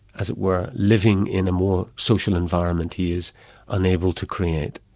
as it were, living in a more social environment, he is unable to create.